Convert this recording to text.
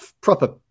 proper